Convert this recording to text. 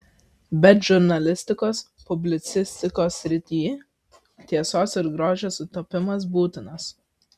bet žurnalistikos publicistikos srityj tiesos ir grožio sutapimas būtinas